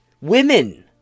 women